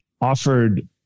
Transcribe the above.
offered